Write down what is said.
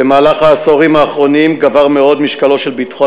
במהלך העשורים האחרונים גבר מאוד משקלו של ביטחון